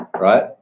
right